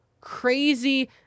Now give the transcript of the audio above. crazy